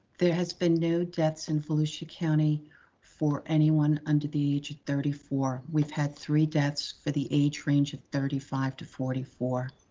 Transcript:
there has been no deaths in volusia county for anyone under the age thirty four. we've had three deaths for the age range of thirty five to forty four.